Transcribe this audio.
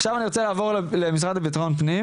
עכשיו אני רוצה לעבור למשרד לביטחון פנים